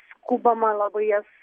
skubama labai jas